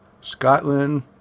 Scotland